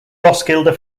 roskilde